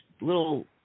little